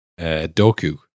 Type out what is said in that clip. Doku